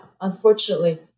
unfortunately